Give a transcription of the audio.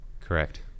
Correct